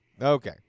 okay